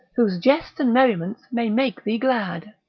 whose jests and merriments may make thee glad.